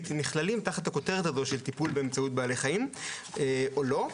נכללים תחת הכותרת של טיפול באמצעות בעלי חיים או לא,